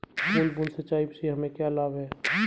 बूंद बूंद सिंचाई से हमें क्या लाभ है?